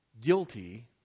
guilty